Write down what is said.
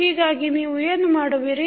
ಹೀಗಾಗಿ ನೀವು ಏನು ಮಾಡುವಿರಿ